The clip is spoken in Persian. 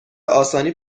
آسانی